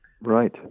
Right